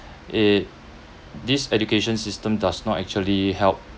it this education system does not actually help